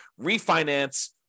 refinance